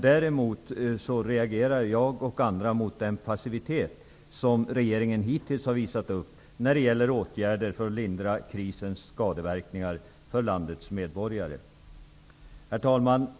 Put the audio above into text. Däremot reagerar jag och andra mot den passivitet som regeringen hittills har visat upp när det gäller åtgärder för att lindra krisens skadeverkningar för landets medborgare. Herr talman!